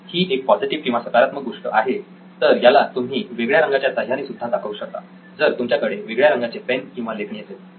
ही एक पॉझिटिव्ह किंवा सकारात्मक गोष्ट आहे तर याला तुम्ही वेगळ्या रंगाच्या साह्याने सुद्धा दाखवू शकता जर तुमच्याकडे वेगळ्या रंगाचे पेन किंवा लेखणी असेल